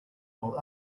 while